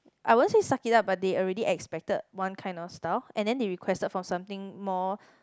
I won't say suck it up but they already expected one kind of style and then they requested for something more